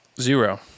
Zero